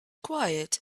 quiet